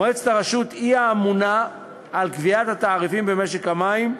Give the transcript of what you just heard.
מועצת הרשות אמונה על קביעת התעריפים במשק המים,